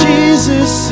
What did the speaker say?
Jesus